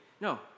No